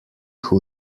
who